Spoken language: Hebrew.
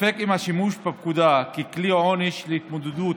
ספק אם השימוש בפקודה ככלי עונשי להתמודדות